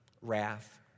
wrath